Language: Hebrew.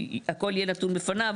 הכל יהיה נתון בפניו,